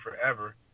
forever